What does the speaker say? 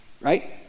Right